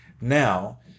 Now